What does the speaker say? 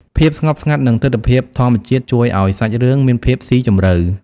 ភាពស្ងប់ស្ងាត់និងទិដ្ឋភាពធម្មជាតិជួយឲ្យសាច់រឿងមានភាពស៊ីជម្រៅ។